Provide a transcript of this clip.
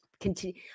continue